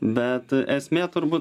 bet esmė turbūt